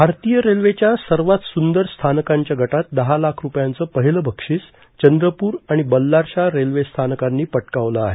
भारतीय रेल्वेच्या सर्वात सुंदर स्थानकांच्या गटात दहा लाख ठपयांचं पहिलं बक्षीस चंद्रपूर आणि बल्लारशाह रेल्वे स्थानकांनी पटकावलं आहे